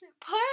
put